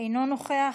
אינו נוכח,